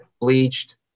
bleached